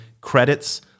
credits